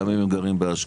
גם אם הם גרים באשקלון.